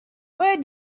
where